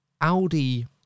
Audi